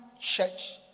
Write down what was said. church